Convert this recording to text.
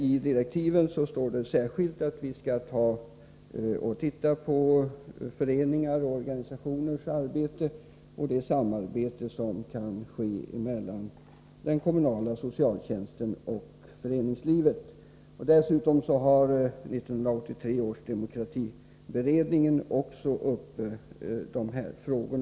I direktiven står det särskilt att socialberedningen skall titta på föreningars och organisationers arbete och det samarbete som kan ske mellan den kommunala socialtjänsten och föreningslivet. Dessutom arbetar också 1983 års demokratiberedning med dessa frågor.